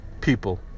people